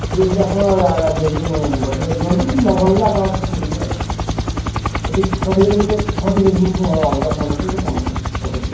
ଠିକ୍ ଅଛି ଆପଣ ଏ ଯୋଉ ବଟିକା ଦିଅନ୍ତୁ ନ ଭଲ ହେଲେ ଆପଣ ଆଉଥରେ ଫୋନ୍ କରିବେ ହଉ ଠିକ୍ ହଉ ଠିକ୍ ଅଛି ମୋତେ ହଉ ଠିକ୍ ଅଛି ମୁଁ ଅଲଗା ଫୋନ୍ ଆସୁଛି ମୁଁ ଟିକେ ଫୋନ୍ କାଟୁଛି ରଖୁଛି